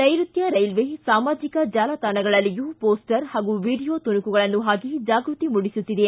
ನೈರುತ್ತ ರೈಲ್ವೆ ಸಾಮಾಜಿಕ ಜಾಲತಾಣಗಳಲ್ಲಿಯೂ ಮೋಸ್ವರ್ ಪಾಗೂ ವಿಡಿಯೋ ತುಣುಕುಗಳನ್ನು ಪಾಕಿ ಜಾಗೃತಿ ಮೂಡಿಸುತ್ತಿದೆ